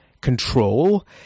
control